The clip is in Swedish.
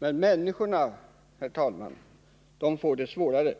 Men människorna, herr talman, får det svårare.